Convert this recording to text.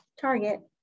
Target